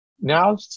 now